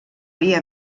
via